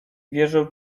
wierzę